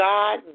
God